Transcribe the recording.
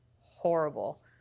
horrible